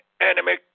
enemy